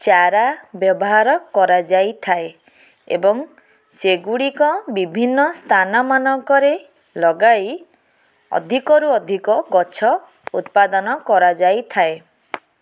ଚାରା ବ୍ୟବହାର କରାଯାଇଥାଏ ଏବଂ ସେଗୁଡ଼ିକ ବିଭିନ୍ନ ସ୍ଥାନମାନଙ୍କରେ ଲଗାଇ ଅଧିକରୁ ଅଧିକ ଗଛ ଉତ୍ପାଦନ କରାଯାଇଥାଏ